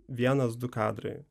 vienas du kadrai